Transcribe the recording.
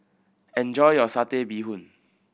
enjoy your Satay Bee Hoon